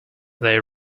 they